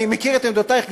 אני מכיר את עמדותייך,